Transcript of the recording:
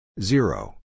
Zero